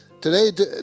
Today